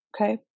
okay